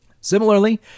Similarly